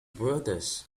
brothers